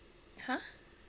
!huh!